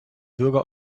bürger